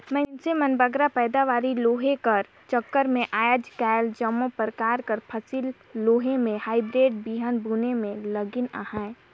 मइनसे मन बगरा पएदावारी लेहे कर चक्कर में आएज काएल जम्मो परकार कर फसिल लेहे में हाईब्रिड बीहन बुने में लगिन अहें